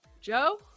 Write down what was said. Joe